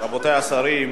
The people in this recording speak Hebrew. רבותי השרים,